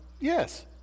yes